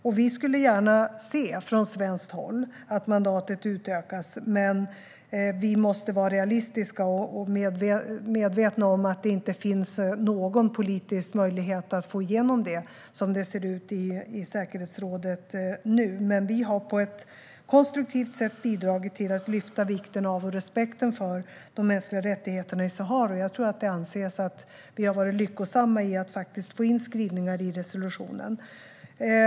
Från svenskt håll skulle vi gärna se att mandatet utökas, men vi måste vara realistiska och medvetna om att det inte finns någon politisk möjlighet att få igenom det som det ser ut i säkerhetsrådet nu. Vi har dock på ett konstruktivt sätt bidragit till att lyfta fram vikten av och respekten för de mänskliga rättigheterna i Sahara, och jag tror att det anses att vi har varit lyckosamma i att faktiskt få in skrivningar i resolutionen.